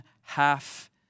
half